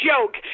joke